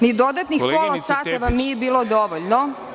Ni dodatnih pola sata vam nije bilo dovoljno.